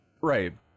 Right